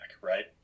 right